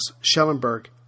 Schellenberg